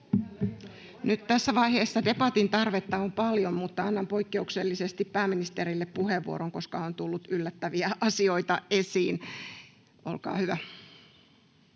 Nyt tässä vaiheessa debatin tarvetta on paljon, mutta annan poikkeuksellisesti pääministerille puheenvuoron, koska on tullut yllättäviä asioita esiin. — Olkaa hyvä.